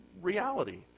reality